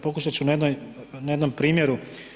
Pokušat ću na jednom primjeru.